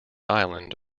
island